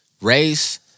Race